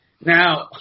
Now